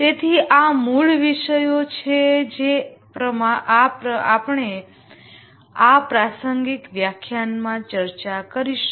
તેથી આ મૂળ વિષયો છે જે આપણે આ પ્રારંભિક વ્યાખ્યાનમાં ચર્ચા કરીશું